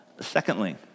Secondly